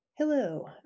Hello